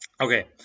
Okay